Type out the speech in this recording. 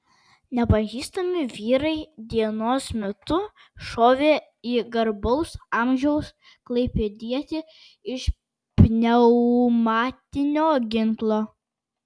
nepažįstami vyrai dienos metu šovė į garbaus amžiaus klaipėdietį iš pneumatinio ginklo